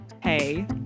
hey